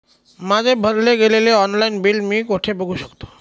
माझे भरले गेलेले ऑनलाईन बिल मी कुठे बघू शकतो?